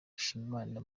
mushimiyimana